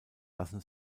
lassen